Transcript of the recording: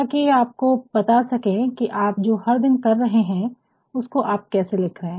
ताकि यह आपको बता सके कि आप जो भी हर दिन कर रहे हैं उसको आप कैसा लिख रहे हैं